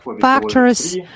factors